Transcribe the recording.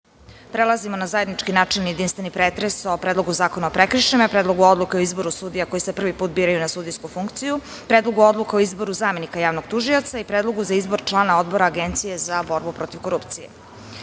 radom. Prelazimo na zajednički načelni jedinstveni pretresu o Predlogu zakona o prekršajima, Predlogu odluke o izboru sudija koji se prvi put biraju na sudijsku funkciju, Predlogu odluke o izboru zamenika javnog tužioca i Predlogu za izbor člana Odbora agencije za borbu protiv korupcije. Saglasno